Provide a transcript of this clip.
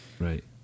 Right